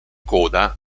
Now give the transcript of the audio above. coda